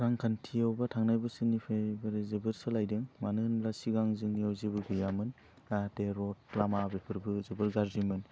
रांखान्थियावबो थांनाय बोसोरनिफ्राइ ओरै जोबोद सोलायदों मानो होनब्ला सिगां जोंनियाव जेबो गैयामोन जाहाथे रड लामा बेफोरबो जोबोर गाज्रिमोन